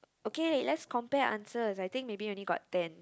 okay let's compare answers I think maybe only got ten